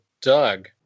Doug